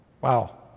Wow